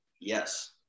yes